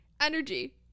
energy